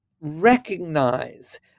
recognize